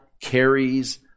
carries